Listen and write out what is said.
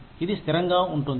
ఇది స్థిరంగా ఉంటుంది